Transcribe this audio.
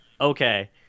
okay